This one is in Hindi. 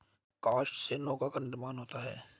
काष्ठ से नौका का निर्माण होता है